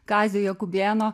kazio jakubėno